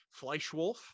fleischwolf